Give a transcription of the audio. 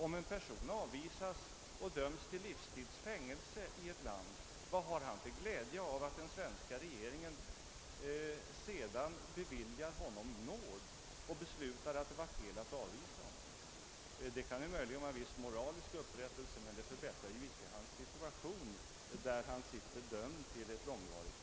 Om en person avvisas och döms till livstids fängelse i ett land, vad har han då för glädje av att den svenska regeringen sedan finner att det var felaktigt att avvisa honom och beviljar honom nåd. Det kan möjligen utgöra en viss moralisk upprättelse, men det förbättrar icke hans situation när han har börjat avtjäna ett långvarigt fängelsestraff.